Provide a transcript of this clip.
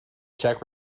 czech